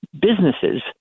businesses